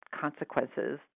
consequences